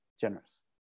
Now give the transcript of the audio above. generous